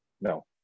no